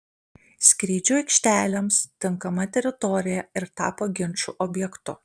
skrydžių aikštelėms tinkama teritorija ir tapo ginčų objektu